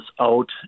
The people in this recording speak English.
out